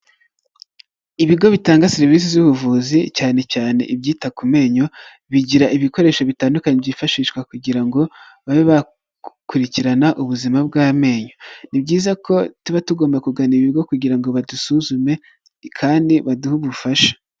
Ibigo bitanga serivisi z'ubuvuzi, cyane cyane ibyita ku menyo, bigira ibikoresho bitandukanye byifashishwa kugira ngo babe bakurikirana ubuzima bw'amenyo, ni byiza ko tuba tugomba kugana ibigo kugira ngo badusuzume kandi baduhe ubufasha.